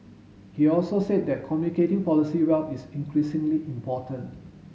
he also said that communicating policy well is increasingly important